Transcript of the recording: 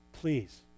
Please